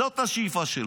זאת השאיפה שלו.